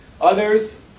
Others